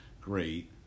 great